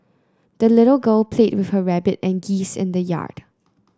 the little girl played with her rabbit and geese in the yard